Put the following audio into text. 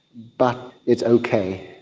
but it's okay,